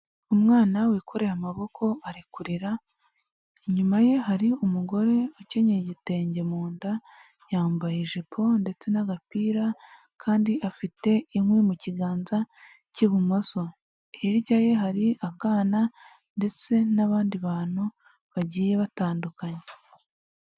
Umwana wikoreye amaboko arekurira, inyuma ye hari umugore ukenyeye igitenge mu nda, yambaye ijipo ndetse n'agapira, kandi afite inkwi mu kiganza cy'ibumoso, hirya ye hari akana ndetse n'abandi bantu bagiye batandukanye.